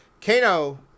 Kano